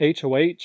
hoh